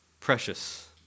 Precious